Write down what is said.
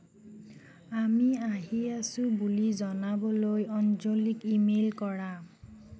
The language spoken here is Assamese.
আমি আহি আছোঁ বুলি জনাবলৈ অঞ্জলীক ইমেইল কৰা